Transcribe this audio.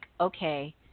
okay